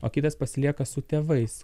o kitas pasilieka su tėvais